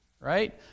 right